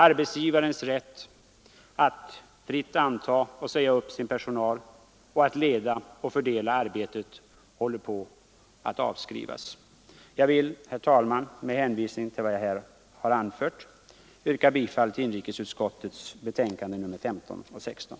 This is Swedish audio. Arbetsgivarens rätt att fritt anställa och säga upp sin personal och att leda och fördela arbetet håller på att avskrivas. Jag vill, herr talman, med hänvisning till vad jag här anfört yrka bifall till vad inrikesutskottet har hemställt i sina betänkanden nr 15 och 16.